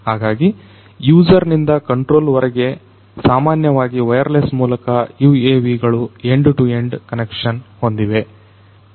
ಹಾಗಾಗಿ ಯೂಸರ್ ನಿಂದ ಕಂಟ್ರೋಲರ್ ವರೆಗೆ ಸಾಮಾನ್ಯವಾಗಿ ವಯರ್ಲೆಸ್ ಮೂಲಕ UAVಗಳು ಎಂಡ್ ಟು ಎಂಡ್ ಕನೆಕ್ಷನ್ ಹೊಂದಿವೆ